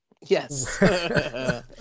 Yes